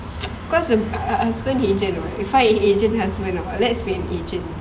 cause the husband agent [what] if I had agent husband let's be an agent